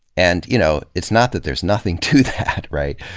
and, you know, it's not that there's nothing to that, right?